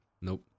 Nope